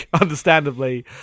understandably